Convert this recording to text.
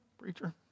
preacher